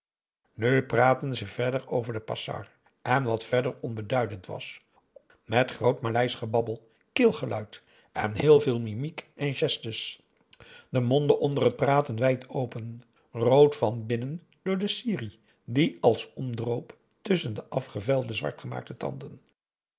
nu praatten ze verder over den passar en wat verder onbeduidend was met groot maleisch gerabbel keelgeluid en heel veel mimiek en gestes de monden onder het praten wijd open rood van binnen door de sirih die als omdroop tusschen de afgevijlde zwart gemaakte tanden